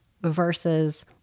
versus